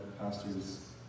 Pastors